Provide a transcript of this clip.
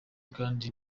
kandi